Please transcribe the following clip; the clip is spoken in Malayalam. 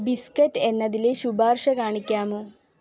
ബിസ്ക്കറ്റ് എന്നതിലെ ശുപാർശ കാണിക്കാമോ